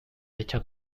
hecha